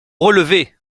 relever